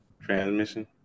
transmission